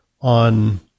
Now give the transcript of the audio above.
on